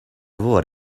would